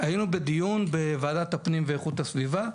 היינו בדיון בוועדת הפנים ואיכות הסביבה,